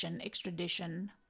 extradition